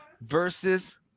versus